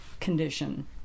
condition